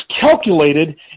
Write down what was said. calculated